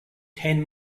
ten